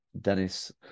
Dennis